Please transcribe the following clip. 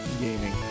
gaming